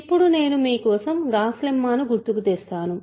ఇప్పుడు నేను మీ కోసం గాస్ లెమ్మాను గుర్తుకు తెస్తాను